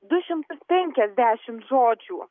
du šimtus penkiasdešim žodžių